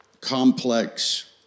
complex